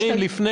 קרין,